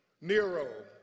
Nero